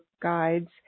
guides